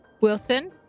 Wilson